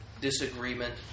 disagreement